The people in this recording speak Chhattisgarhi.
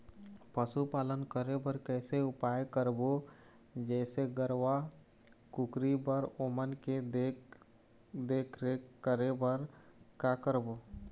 पशुपालन करें बर कैसे उपाय करबो, जैसे गरवा, कुकरी बर ओमन के देख देख रेख करें बर का करबो?